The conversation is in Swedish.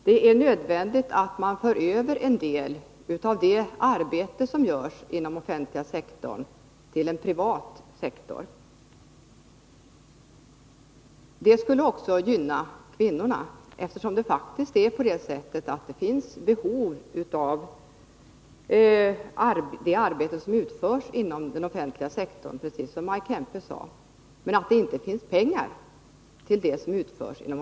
Det är nödvändigt att man för över en del av det arbete som görs inom den offentliga sektorn till en privat sektor. Det skulle också gynna kvinnorna eftersom det faktiskt, som Maj Kempe sade, finns behov av det arbete som utförs inom den offentliga sektorn. Men det finns inte pengar för det.